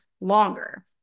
longer